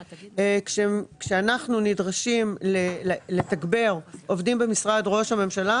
כשאנחנו נדרשים לתגבר עובדים במשרד ראש הממשלה